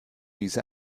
diese